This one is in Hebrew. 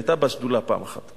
היא היתה בשדולה פעם אחת.